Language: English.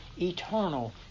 eternal